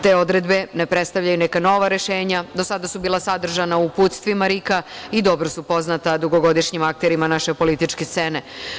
Te odredbe ne predstavljaju neka nova rešenja, do sada su bila sadržana uputstvima RIK-a i dobro su poznata dugogodišnjim akterima naše političke scene.